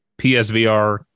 PSVR